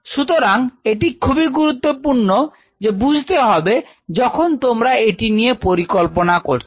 সুতরাং এটি খুবই গুরুত্বপূর্ণ যে বুঝতে হবে যখন তোমরা এটি নিয়ে পরিকল্পনা করছো